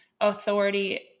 authority